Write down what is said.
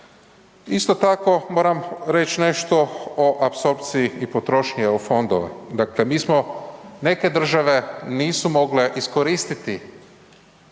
Isto tako moram reć nešto o apsorpciji i potrošnji EU fondova. Dakle, mi smo, neke države nisu mogle iskoristiti